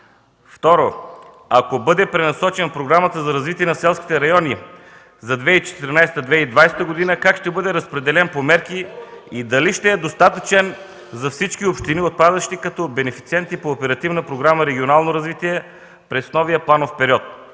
ако бъде пренасочен в Програмата за развитие на селските райони за 2014-2020 г. как ще бъде разпределен по мерки и дали ще е достатъчен за всички общини, отпадащи като бенефициенти по Оперативна програма „Регионално развитие” през новия планов период?